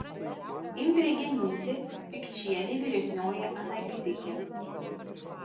indrė genytė pikčienė vyresnioji analitikė